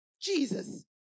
Jesus